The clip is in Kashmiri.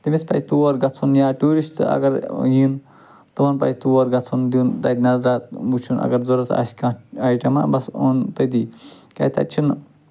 تٔمِس پَزِ تور گژھُن یا ٹیٛوٗرِسٹ آگر ین تِمَن پَزِ تور گژھُن دِیُن تتہِ نَظر وُچھُن اَگر ضروٗرت آسہِ کانٛہہ آیٹَما بَس اوٚن تٔتی کیٛازِ تَتہِ چھُنہٕ